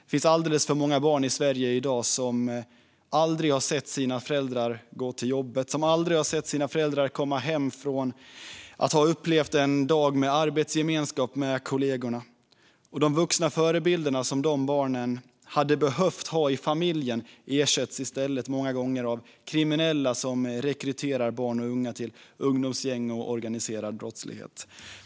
Det finns alldeles för många barn i Sverige i dag som aldrig har sett sina föräldrar gå till jobbet och som aldrig har sett sina föräldrar komma hem efter att ha upplevt en dag med arbetsgemenskap med kollegor. De vuxna förebilder som de barnen hade behövt ha i familjen ersätts många gånger av kriminella som rekryterar barn och unga till ungdomsgäng och organiserad brottslighet.